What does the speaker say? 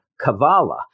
kavala